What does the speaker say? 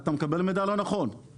אתה מקבל מידע לא נכון.